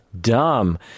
dumb